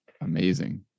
amazing